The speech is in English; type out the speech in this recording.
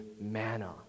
manna